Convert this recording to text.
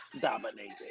dominated